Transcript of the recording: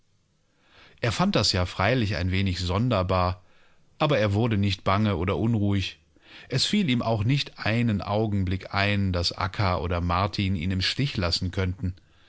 er fand das ja freilich ein wenig sonderbar aber er wurde nicht bange oder unruhig esfielihmauchnichteinenaugenblickein daßakkaodermartin ihn im stich lassen könnten